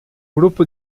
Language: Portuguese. grupo